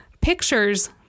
Pictures